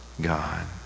God